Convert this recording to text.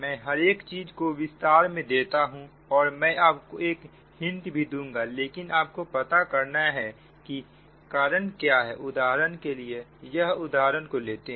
मैं हर एक चीज को विस्तार में देता हूं और मैं आपको एक हिंट भी दूंगा लेकिन आपको पता करना है कि कारण क्या है उदाहरण के लिए यह उदाहरण को लेते हैं